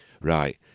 Right